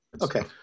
Okay